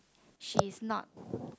she's not